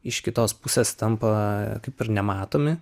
iš kitos pusės tampa kaip ir nematomi